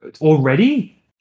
Already